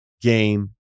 game